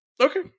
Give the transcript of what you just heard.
okay